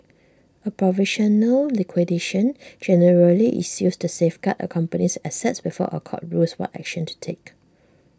A provisional liquidation generally is used to safeguard A company's assets before A court rules what action to take